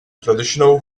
traditional